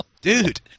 Dude